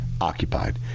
occupied